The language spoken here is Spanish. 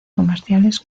comerciales